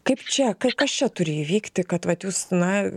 kaip čia kažkas čia turi įvykti kad vat jūs na